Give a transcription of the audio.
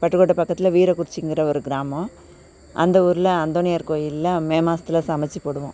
பட்டுக்கோட்டை பக்கத்தில் வீரக்குறிச்சிங்கிற ஒரு கிராமம் அந்த ஊர்ல அந்தோனியார் கோயில்ல மே மாசத்தில் சமைச்சி போடுவோம்